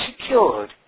secured